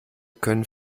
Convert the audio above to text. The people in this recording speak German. können